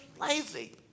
lazy